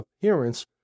appearance